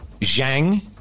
Zhang